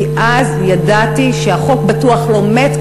כי אז ידעתי שהחוק בטוח לא מת,